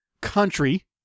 country